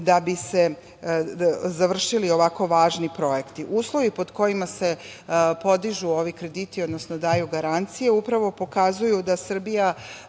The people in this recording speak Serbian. da bi se završili ovako važni projekti. Uslovi pod kojima se podižu ovi krediti, odnosno daju garancije, upravo pokazuju u kojim